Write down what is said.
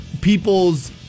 people's